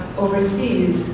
overseas